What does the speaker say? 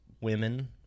women